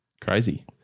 Crazy